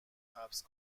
حبس